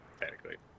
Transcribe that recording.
Technically